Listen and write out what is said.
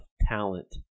talent